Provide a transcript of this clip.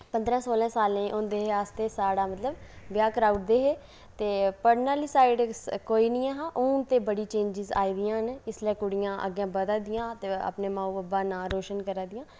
पंदरां सोलां साल दे होंदे हे अस ते साढ़ा मतलब ब्याह् कराई ओड़दे हे ते पढ़ने आह्ली साइड़ कोई नेईं ऐहा हुन ते बड़ियां चेंजां आई दियां न इसलै कुड़ियां अग्गें बधै दियां ते अपने माऊ बव्बै दा नांऽ रोशन करै दियां न